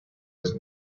his